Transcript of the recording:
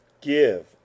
give